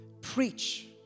preach